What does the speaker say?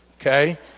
okay